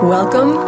Welcome